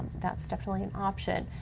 that's definitely an option.